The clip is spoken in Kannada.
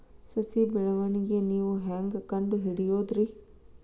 ಸಸಿ ಬೆಳವಣಿಗೆ ನೇವು ಹ್ಯಾಂಗ ಕಂಡುಹಿಡಿಯೋದರಿ?